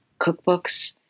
cookbooks